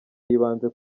yibanze